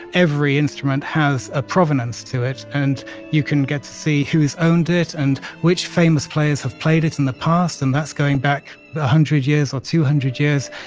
every instrument has a provenance to it and you can get to see who's owned it and which famous players have played it in the past. and that's going back a hundred years or two hundred years.